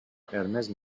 قرمز